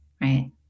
right